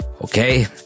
okay